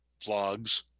vlogs